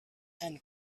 and